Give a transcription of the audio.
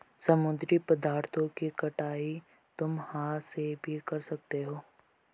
समुद्री पदार्थों की कटाई तुम हाथ से भी कर सकते हो